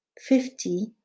Fifty